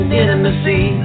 intimacy